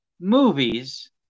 movies